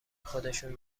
خودشون